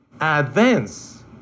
advance